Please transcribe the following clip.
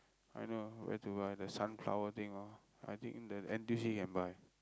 I know where to buy the sunflower thing all I think the N_T_U_C can buy